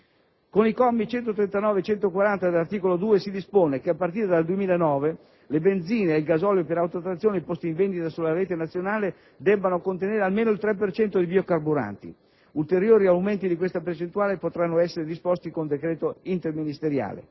Con i commi 139 e 140 dell'articolo 2 si dispone che a partire dal 2009 le benzine e il gasolio per autotrazione posti in vendita sulla rete nazionale debbano contenere almeno il 3 per cento di biocarburanti. Ulteriori aumenti di questa percentuale potranno essere disposti con decreto interministeriale.